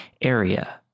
area